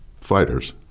fighters